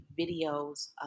videos